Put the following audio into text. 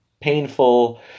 painful